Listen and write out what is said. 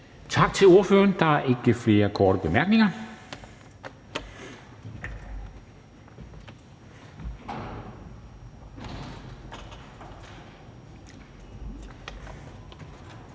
Tak til ordføreren. Der er ikke flere korte bemærkninger.